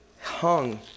hung